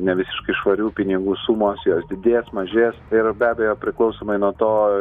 nevisiškai švarių pinigų sumos jos didės mažės ir be abejo priklausomai nuo to